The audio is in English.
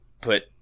put –